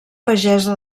pagesa